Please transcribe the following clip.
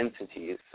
entities